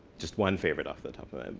just one favorite off the top of